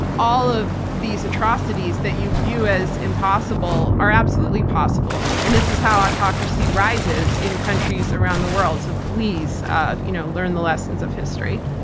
all of these atrocities that you view as impossible are absolutely possible. and this is how autocracy rises in countries around the world. so please you know learn the lessons of history.